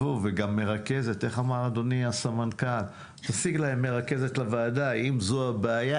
איך אמר אדוני הסמנכ"ל תשיגו להם מרכזת לוועדה אם זו הבעיה,